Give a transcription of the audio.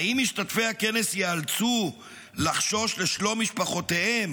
האם משתתפי הכנס ייאלצו לחשוש לשלום משפחותיהם